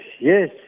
yes